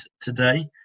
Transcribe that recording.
today